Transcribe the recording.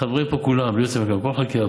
חברים, כולם פה בלי